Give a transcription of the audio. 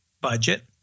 budget